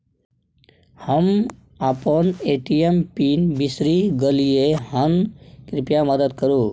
हम अपन ATM PIN बिसरि गलियै हन, कृपया मदद करु